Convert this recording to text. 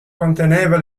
conteneva